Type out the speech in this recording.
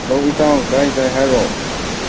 hello ꯏꯇꯥꯎ ꯇꯥꯏ ꯇꯥꯏ ꯍꯥꯏꯔꯛꯑꯣ